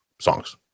songs